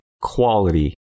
quality